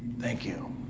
thank you.